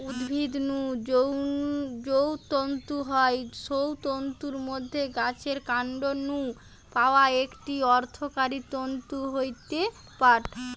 উদ্ভিদ নু যৌ তন্তু হয় সৌ তন্তুর মধ্যে গাছের কান্ড নু পাওয়া একটি অর্থকরী তন্তু হয়ঠে পাট